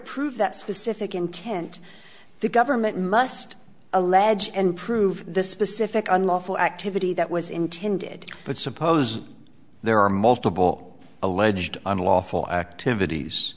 prove that specific intent the government must allege and prove the specific unlawful activity that was intended but suppose there are multiple alleged unlawful activities